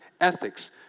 ethics